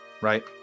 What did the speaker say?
right